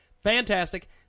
Fantastic